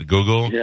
Google